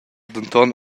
denton